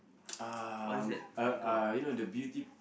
um uh uh you know the beauty